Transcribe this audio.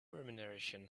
renumeration